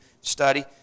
study